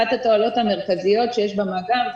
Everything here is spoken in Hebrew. אחת התועלות המרכזיות שיש במאגר,